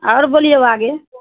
आओर बोलियौ आगे